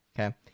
Okay